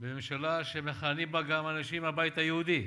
בממשלה שמכהנים בה גם אנשים מהבית היהודי